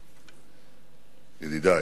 ידידי.